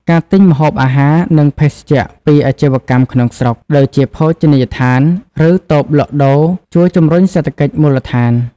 ការទិញ ម្ហូបអាហារ និងភេសជ្ជៈពីអាជីវកម្មក្នុងស្រុក ដូចជាភោជនីយដ្ឋាន ឬតូបលក់ដូរ ជួយជំរុញសេដ្ឋកិច្ចមូលដ្ឋាន។